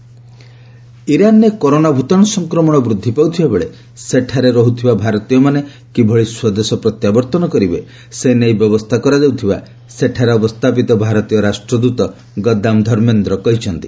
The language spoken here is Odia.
ଇରାନ କରୋନା ଭାଇରସ୍ ଇଣ୍ଡିଆନ୍ସ ଇରାନରେ କରୋନା ଭୂତାଣୁ ସଂକ୍ରମଣ ବୃଦ୍ଧି ପାଉଥିବା ବେଳେ ସେଠାରେ ରହୁଥିବା ଭାରତୀୟମାନେ କିଭଳି ସ୍ୱଦେଶ ପ୍ରତ୍ୟାବର୍ତ୍ତନ କରିବେ ସେ ନେଇ ବ୍ୟବସ୍ଥା କରାଯାଉଥିବା ସେଠାରେ ଅବସ୍ଥାପିତ ଭାରତୀୟ ରାଷ୍ଟ୍ରଦୂତ ଗଦାମ ଧର୍ମେନ୍ଦ୍ର କହିଛନ୍ତି